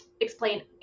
explain